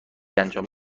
انجام